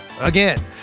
Again